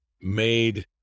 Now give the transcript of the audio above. made